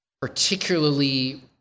particularly